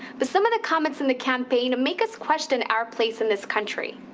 but some of the comments in the campaign make us question our place in this country.